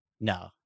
No